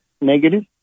negative